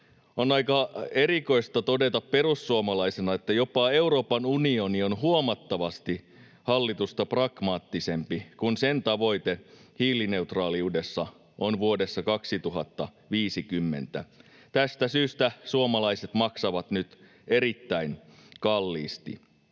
On aika erikoista todeta perussuomalaisena, että jopa Euroopan unioni on huomattavasti hallitusta pragmaattisempi, kun sen tavoite hiilineutraaliudessa on vuodessa 2050. Tästä syystä suomalaiset maksavat nyt erittäin kalliisti.